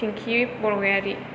फिंखि बरग'यारि